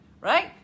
right